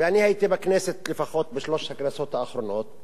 אני הייתי בכנסת לפחות בשלוש הכנסות האחרונות,